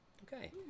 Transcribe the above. Okay